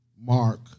Mark